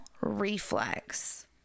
reflex